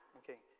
okay